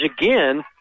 again